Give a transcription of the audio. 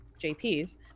JP's